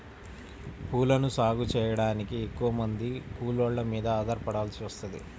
పూలను సాగు చెయ్యడానికి ఎక్కువమంది కూలోళ్ళ మీద ఆధారపడాల్సి వత్తది